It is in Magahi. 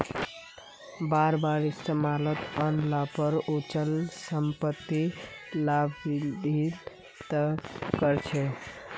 बार बार इस्तमालत आन ल पर अचल सम्पत्ति लाभान्वित त कर छेक